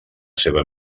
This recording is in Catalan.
seva